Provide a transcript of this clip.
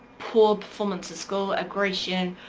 poor performance at school, aggression,